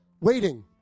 waiting